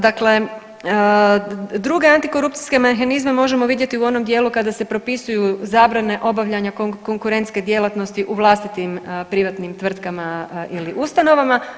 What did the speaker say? Dakle, druge antikorupcijske mehanizme možemo vidjeti u onom dijelu kada se propisuju zabrane obavljanja konkurentske djelatnosti u vlastitim privatnim tvrtkama ili ustanovama.